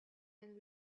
and